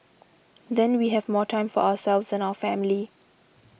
then we have more time for ourselves and our family